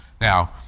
Now